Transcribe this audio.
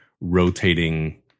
rotating